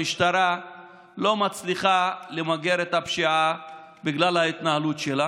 המשטרה לא מצליחה למגר את הפשיעה בגלל ההתנהלות שלה.